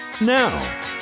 Now